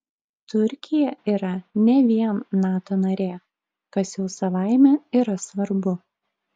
turkija yra ne vien nato narė kas jau savaime yra svarbu